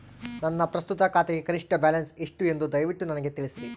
ನನ್ನ ಪ್ರಸ್ತುತ ಖಾತೆಗೆ ಕನಿಷ್ಠ ಬ್ಯಾಲೆನ್ಸ್ ಎಷ್ಟು ಎಂದು ದಯವಿಟ್ಟು ನನಗೆ ತಿಳಿಸ್ರಿ